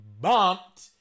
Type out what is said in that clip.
bumped